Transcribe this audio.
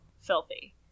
filthy